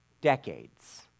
decades